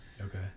Okay